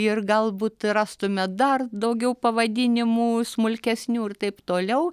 ir galbūt rastume dar daugiau pavadinimų smulkesnių ir taip toliau